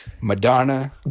Madonna